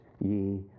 ye